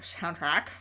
soundtrack